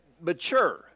mature